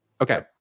Okay